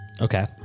Okay